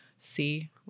see